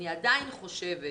אני עדיין חושבת